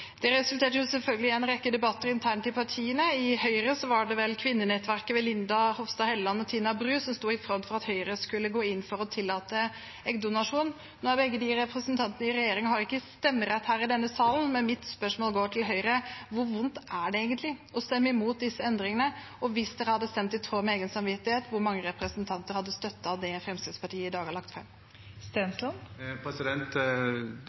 Det resulterte selvfølgelig i en rekke debatter internt i partiene. I Høyre var det vel kvinnenettverket ved Linda Hofstad Helleland og Tina Bru som sto i front for at Høyre skulle gå inn for å tillate eggdonasjon. Nå er begge de representantene med i regjeringen og har ikke stemmerett her i denne salen, men mitt spørsmål går til Høyre: Hvor vondt er det egentlig å stemme mot disse endringene? Og hvis dere hadde stemt i tråd med egen samvittighet, hvor mange representanter hadde støttet det Fremskrittspartiet i dag har lagt